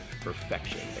perfection